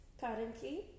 Currently